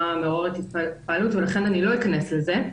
מעוררת התפעלות ולכן אני לא אכנס לזה.